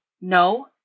No